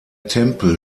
tempel